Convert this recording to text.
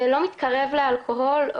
לא מתקרב לאלכוהול,